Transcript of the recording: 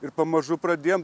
ir pamažu pradėjom